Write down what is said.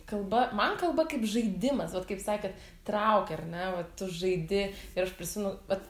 kalba man kalba kaip žaidimas vat kaip sakėt traukia ar ne vat tu žaidi ir aš prisimenu vat